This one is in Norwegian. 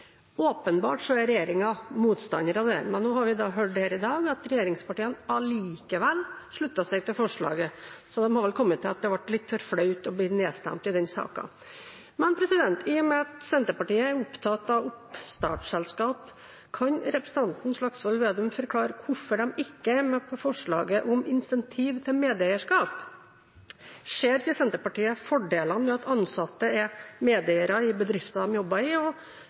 Åpenbart er regjeringen motstander av det. Men nå har vi da hørt her i dag at regjeringspartiene allikevel slutter seg til forslaget, så de har vel kommet til at det ble litt for flaut å bli nedstemt i den saken. Men i og med at Senterpartiet er opptatt av oppstartsselskap, kan representanten Slagsvold Vedum forklare hvorfor de ikke er med på forslaget om incentiv til medeierskap? Ser ikke Senterpartiet fordelene ved at ansatte er medeiere i bedriften de jobber i,